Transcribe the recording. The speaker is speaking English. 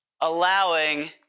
allowing